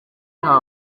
nta